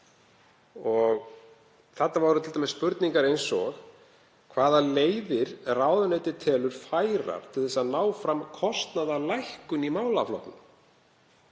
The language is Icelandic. Þarna voru t.d. spurningar eins og hvaða leiðir ráðuneytið telur færar til að ná fram kostnaðarlækkun í málaflokknum.